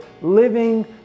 living